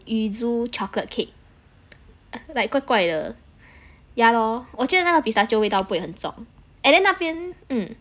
yuzu~ chocolate cake like 怪怪的 yeah lor 我觉得那个 pistachio 味道不会很重 and then 那边嗯